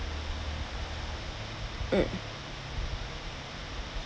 mm